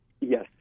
Yes